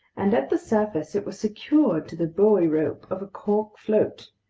and at the surface it was secured to the buoy-rope of a cork float.